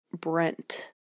Brent